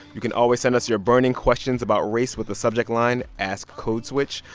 you can always send us your burning questions about race with the subject line ask code switch.